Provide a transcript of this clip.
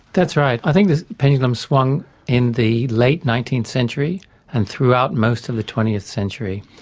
that's right. i think the pendulum swung in the late nineteenth century and throughout most of the twentieth century,